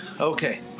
Okay